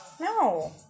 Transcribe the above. No